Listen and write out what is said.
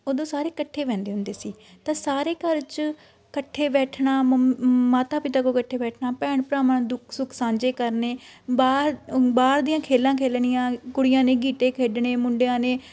ਉਦੋਂ ਸਾਰੇ ਇਕੱਠੇ ਬਹਿੰਦੇ ਹੁੰਦੇ ਸੀ ਤਾਂ ਸਾਰੇ ਘਰ 'ਚ ਇਕੱਠੇ ਬੈਠਣਾ ਮੰਮ ਮਾਤਾ ਪਿਤਾ ਕੋਲ ਇਕੱਠੇ ਬੈਠਣਾ ਭੈਣ ਭਰਾਵਾਂ ਦੁੱਖ ਸੁੱਖ ਸਾਂਝੇ ਕਰਨੇ ਬਾਹਰ ਬਾਹਰ ਦੀਆਂ ਖੇਲਾਂ ਖੇਲਣੀਆਂ ਕੁੜੀਆਂ ਨੇ ਗੀਟੇ ਖੇਡਣੇ ਮੁੰਡਿਆਂ ਨੇ